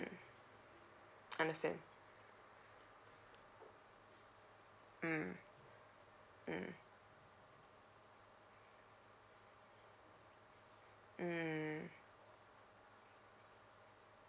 mm understand mm mm mm